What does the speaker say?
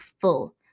full